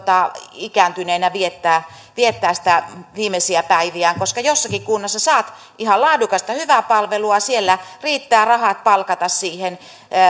ikääntyneenä viettää viimeisiä päiviään koska jossakin kunnassa saat ihan laadukasta hyvää palvelua siellä riittävät rahat palkata niitä hoitajia